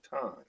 time